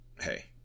Hey